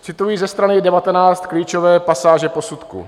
Cituji ze strany 19 klíčové pasáže posudku: